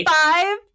five